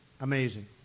amazing